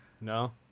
No